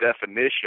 definition